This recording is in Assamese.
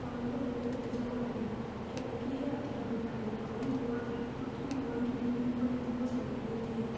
তেওঁলোকক এনেকৈ বুজাব লাগিব সেনেকৈহে আঁতৰাব পাৰিম নহ'লে নোৱাৰোঁ পতকৈ মোবাইলটো দে বুলি ক'লে দিব জানো নিদিয়ে